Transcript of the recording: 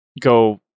go